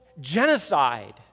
genocide